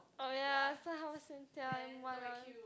oh ya Starhub Singtel what lah